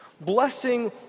Blessing